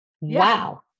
Wow